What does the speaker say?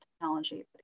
technology